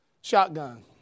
shotgun